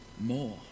more